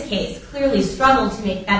case clearly struggles to make a